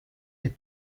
des